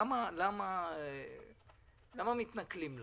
למה מתנכלים לה?